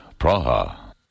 Praha